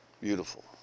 Beautiful